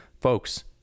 folks